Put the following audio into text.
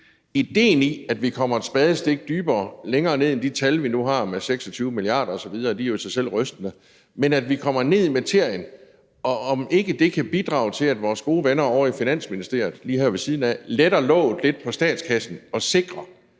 idéen i, at vi kommer et spadestik dybere og længere ned end de tal, vi har, med 26 mia. kr. osv. – det er jo i sig selv rystende – så vi kommer ned i materien. Vil det ikke bidrage til, at vores gode venner ovre i Finansministeriet, lige her ved siden af, letter låget lidt på statskassen og sikrer,